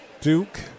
Duke